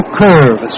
curve